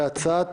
הצעת